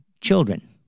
children